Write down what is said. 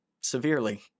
severely